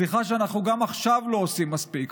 סליחה שאנחנו גם עכשיו לא עושים מספיק.